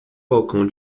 balcão